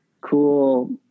Cool